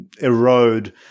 erode